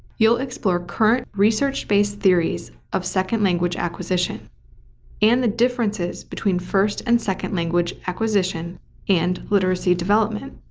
you'll explore current research-based theories of second-language acquisition and the differences between first and second-language acquisition and literacy development.